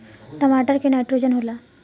टमाटर मे नाइट्रोजन होला?